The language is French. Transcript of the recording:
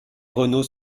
renault